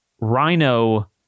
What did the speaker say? rhino